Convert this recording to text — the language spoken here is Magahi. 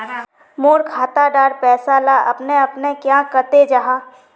मोर खाता डार पैसा ला अपने अपने क्याँ कते जहा?